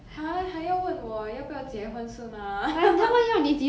还还要问我要不要结婚是吗